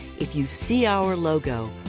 if you see our logo,